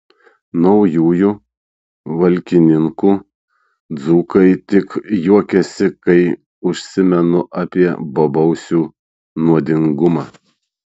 naujųjų valkininkų dzūkai tik juokiasi kai užsimenu apie bobausių nuodingumą